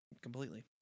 completely